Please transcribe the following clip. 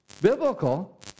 biblical